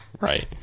Right